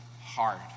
hard